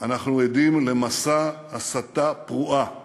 אנחנו עדים למסע הסתה פרועה